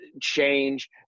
change